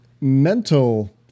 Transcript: mental